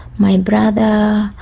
my brother,